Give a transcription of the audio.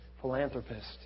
philanthropist